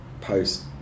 post